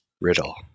Riddle